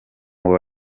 koko